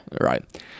Right